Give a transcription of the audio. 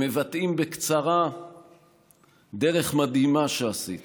הם מבטאים בקצרה דרך מדהימה שעשית